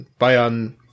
Bayern